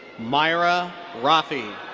myra rafi.